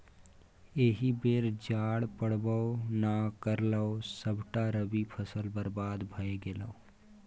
एहि बेर जाड़ पड़बै नै करलै सभटा रबी फसल बरबाद भए गेलै